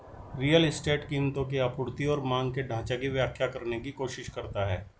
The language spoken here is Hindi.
रियल एस्टेट कीमतों की आपूर्ति और मांग के ढाँचा की व्याख्या करने की कोशिश करता है